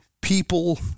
people